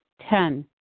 Ten